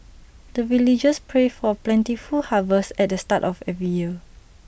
the villagers pray for plentiful harvest at the start of every year